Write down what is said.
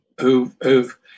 who've